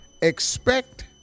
Expect